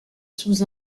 sous